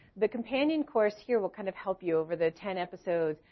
the companion course here will kind of help you over the ten episodes.